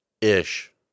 ish